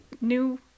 new